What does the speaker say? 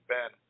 Ben